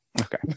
Okay